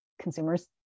consumers